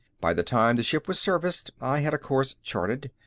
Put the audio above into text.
by the time the ship was serviced, i had a course charted.